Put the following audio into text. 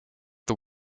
the